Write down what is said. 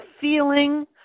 feeling